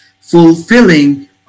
fulfilling